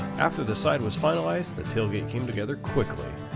after the side was finalized the tailgate came together quickly.